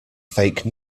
fake